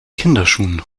kinderschuhen